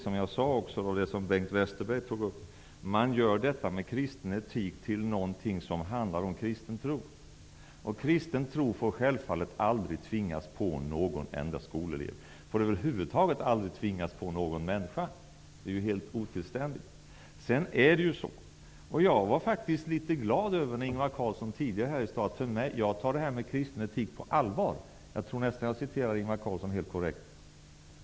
Som jag sade och som också Bengt Westerberg tog upp gör man detta med kristen etik till något som handlar om kristen tro. Kristen tro får självfallet aldrig tvingas på någon enda skolelev, och får över huvud taget aldrig tvingas på någon människa. Det vore helt otillständigt. Jag var faktiskt litet glad när Ingvar Carlsson tidigare sade att han tar detta med kristen etik på allvar. Jag tror att jag citerar Ingvar Carlsson helt korrekt.